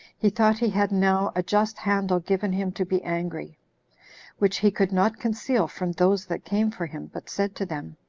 he thought he had now a just handle given him to be angry which he could not conceal from those that came for him, but said to them,